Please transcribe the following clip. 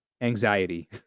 anxiety